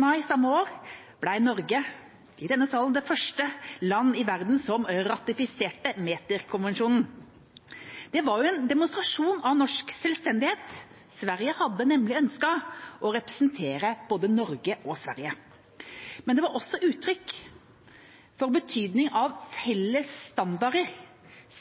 mai samme år ble Norge – i denne sal – det første land i verden som ratifiserte meterkonvensjonen. Det var en demonstrasjon av norsk selvstendighet. Sverige hadde nemlig ønsket å representere både Norge og Sverige. Men det var også et uttrykk for betydningen av felles standarder –